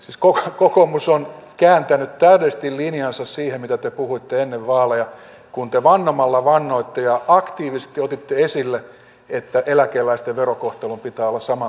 siis kokoomus on kääntänyt täydellisesti linjansa siitä mitä te puhuitte ennen vaaleja kun te vannomalla vannoitte ja aktiivisesti otitte esille että eläkeläisten verokohtelun pitää olla sama kuin työssä käyvien